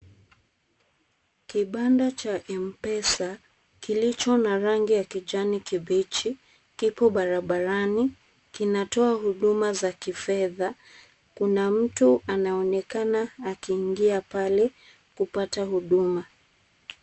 Kibanda cha mpesa kilicho na rangi ya kijani kibichi, kipo barabarani. Kinatoa huduma za kifedha. Kuna mtu anaonekana akiingia pale kupata huduma.